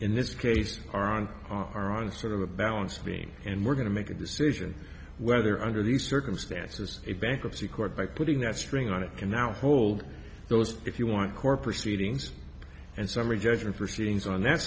in this case are on our own sort of a balance being and we're going to make a decision whether under these circumstances a bankruptcy court by putting that string on it can now hold those if you want core proceedings and summary judgment proceedings on that